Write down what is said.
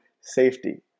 safety